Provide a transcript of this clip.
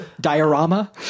Diorama